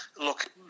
look